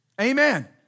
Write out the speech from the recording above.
Amen